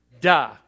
duh